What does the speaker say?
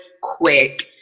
quick